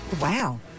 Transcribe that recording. Wow